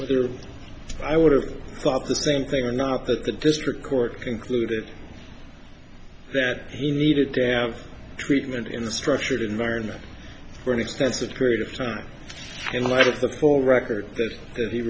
whether i would have thought the same thing or not that the district court concluded that he needed to have treatment in a structured environment for an extensive creative time in light of the full record